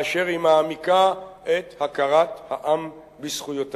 באשר היא מעמיקה את הכרת העם בזכויותיו.